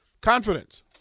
confidence